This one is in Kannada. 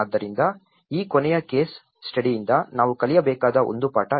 ಆದ್ದರಿಂದ ಈ ಕೊನೆಯ ಕೇಸ್ ಸ್ಟಡಿಯಿಂದ ನಾವು ಕಲಿಯಬೇಕಾದ ಒಂದು ಪಾಠ ಇದು